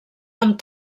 amb